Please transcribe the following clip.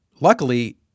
Luckily